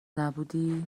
نبودی